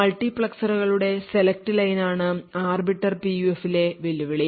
മൾട്ടിപ്ലക്സറുകളുടെ select line ആണ് arbiter PUF ലെ വെല്ലുവിളി